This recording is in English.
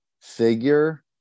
figure